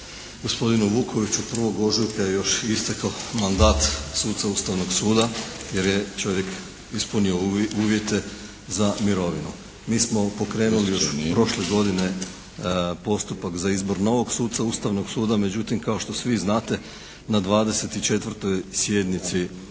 gospodinu Vukoviću 1. ožujka je još istekao mandat suca Ustavnog suda jer je čovjek ispunio uvjete za mirovinu. Mi smo pokrenuli još prošle godine postupak za izbor novog suca Ustavnog suda, međutim kao što svi znate na 24. sjednici